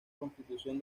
constitución